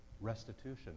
restitution